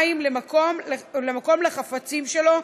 למים, למקום לחפצים שלו,